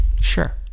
Sure